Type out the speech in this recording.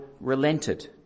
relented